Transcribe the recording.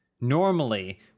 Normally